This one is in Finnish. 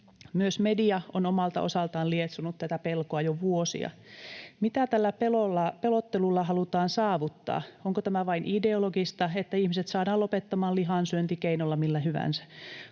Myös media on omalta osaltaan lietsonut tätä pelkoa jo vuosia. Mitä tällä pelottelulla halutaan saavuttaa? Onko tämä vain ideologista niin että ihmiset saadaan lopettamaan lihansyönti keinolla millä hyvänsä?